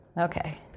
Okay